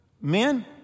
men